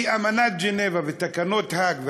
כי אמנת ז'נבה ותקנות האג,